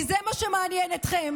כי זה מה שמעניין אתכם,